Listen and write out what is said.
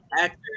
actor